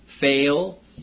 fail